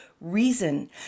reason